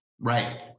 right